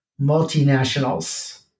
multinationals